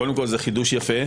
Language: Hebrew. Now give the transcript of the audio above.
קודם כול זה חידוש יפה,